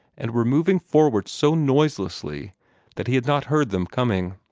and were moving forward so noiselessly that he had not heard them coming.